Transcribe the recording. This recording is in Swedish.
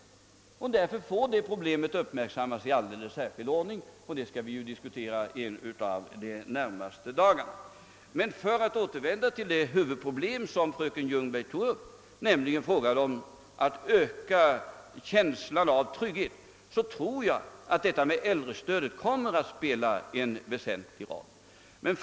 Därför får det problemet tas upp i särskild ordning, och det skall vi ju också diskutera en av de närmaste dagarna. Men för att återvända till det huvudproblem som fröken Ljungberg tog upp, frågan om att öka känslan av trygghet, tror jag att äldrestödet kommer att spela en väsentlig roll härför.